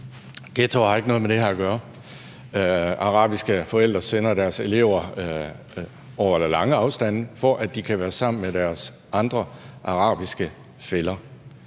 Ghettoer har ikke noget med det her at gøre. Arabiske forældre sender deres børn over lange afstande, for at de kan være sammen med deres arabiske fæller.